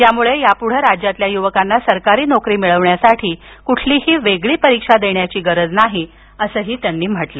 त्यामुळं यापुढं राज्यातील युवकांना सरकारी नोकरी मिळवण्यासाठी कोणतीही वेगळी परीक्षा देण्याची गरज नाही असं त्यांनी सांगितलं